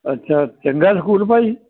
ਅੱਛਾ ਚੰਗਾ ਸਕੂਲ ਭਾਈ